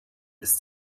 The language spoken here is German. ist